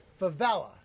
favela